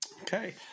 Okay